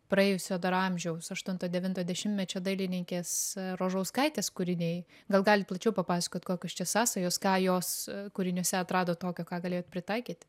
praėjusio amžiaus aštunto devinto dešimtmečio dailininkės rožauskaitės kūriniai gal galit plačiau papasakot kokios čia sąsajos ką jos kūriniuose atradot tokio ką galėjot pritaikyt